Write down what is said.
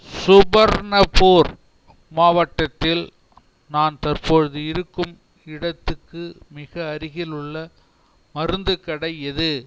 சுபர்ணப்பூர் மாவட்டத்தில் நான் தற்பொழுது இருக்கும் இடத்துக்கு மிக அருகில் உள்ள மருந்துக் கடை எது